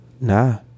Nah